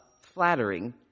flattering